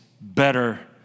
better